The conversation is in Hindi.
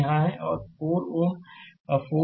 और यह 4 Ω 4 Ω है